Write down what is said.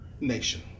nation